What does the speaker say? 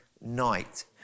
night